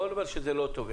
אני לא אומר שזה לא טוב,